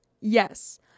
Yes